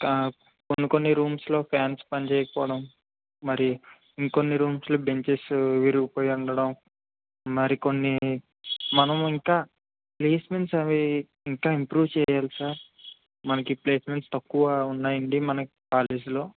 కొన్ని కొన్ని రూమ్స్లో ఫాన్స్ పని చేయకపోవడం మరి ఇంకొన్ని రూమ్స్లో బెంచెస్ విరిగిపోయి ఉండడం మరికొన్ని మనము ఇంకా ప్లేస్మెంట్స్ అవి ఇంకా ఇంప్రూవ్ చేయాలి సార్ మనకి ప్లేస్మెంట్స్ తక్కువ ఉన్నాయి అండి మన కాలేజ్లో